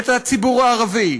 את הציבור הערבי,